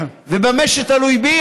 ובמה שתלוי בי,